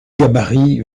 gabarit